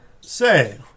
Say